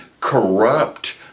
corrupt